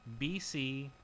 bc